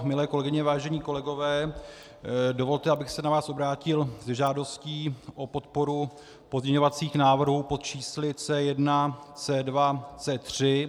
Milé kolegyně, vážení kolegové, dovolte, abych se na vás obrátil se žádostí o podporu pozměňovacích návrhů pod čísly C1, C2, C3.